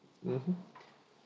mmhmm